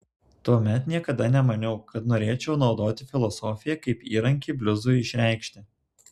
tuomet niekada nemaniau kad norėčiau naudoti filosofiją kaip įrankį bliuzui išreikšti